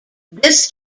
this